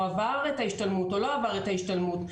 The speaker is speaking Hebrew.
עבר את ההשתלמות או לא עבר את ההשתלמות,